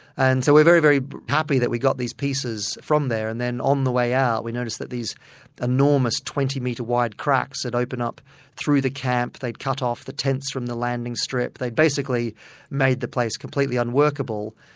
and so we are very, very happy that we got these pieces from there, and then on the way out we noticed that these enormous twenty metre wide cracks had opened up through the camp, they'd cut off the tents from the landing strip, they'd basically made the place completely unworkable.